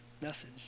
message